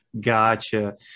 Gotcha